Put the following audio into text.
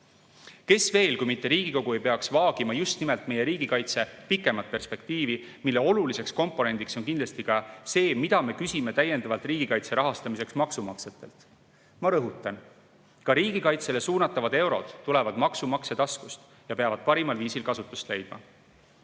Kes veel kui mitte Riigikogu peaks vaagima just nimelt meie riigikaitse pikemat perspektiivi, mille tähtis komponent on kindlasti ka see, mida me küsime täiendavalt riigikaitse rahastamiseks maksumaksjatelt. Ma rõhutan: ka riigikaitsele suunatavad eurod tulevad maksumaksja taskust ja peavad kasutust leidma